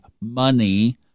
money